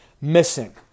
missing